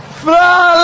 fly